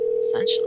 Essentially